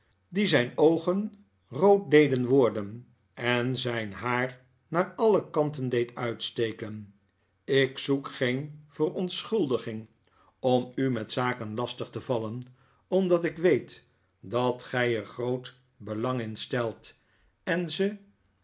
die zijn oogen rood deden worden en zijn haar naar alle kanten deed uitsteken lk zoek geen verontschuldigirig om u met zaken lastig te vallen omdat ik weet dat gij er groot belang in stelt en ze